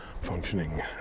functioning